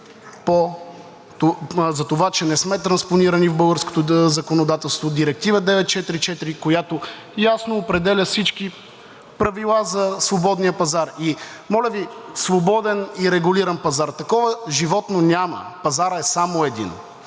за това, че не сме транспонирали в българското законодателство Директива 944, която ясно определя всички правила за свободния пазар. И, моля Ви, свободен и регулиран пазар – такова животно няма, пазарът е само един!